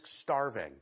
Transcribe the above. starving